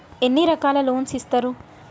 ఎన్ని రకాల లోన్స్ ఇస్తరు?